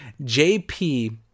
JP